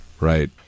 Right